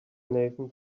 nathan